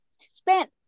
spent